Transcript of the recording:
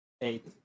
Eight